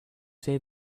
say